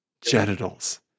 Genitals